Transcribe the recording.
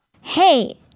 Hey